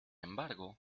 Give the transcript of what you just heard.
embargo